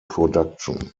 production